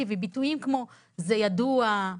ביטויים כמו 'זה ידוע',